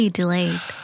delayed